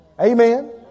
Amen